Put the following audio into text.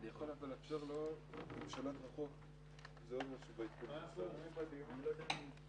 אבל בה נעסוק בדיונים אחרים ולא מול האנשים שדיברנו עכשיו.